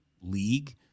league